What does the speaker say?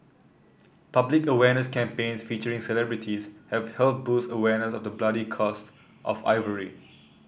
public awareness campaigns featuring celebrities have helped boost awareness of the bloody cost of ivory